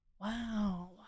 Wow